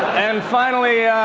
and, finally,